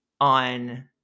on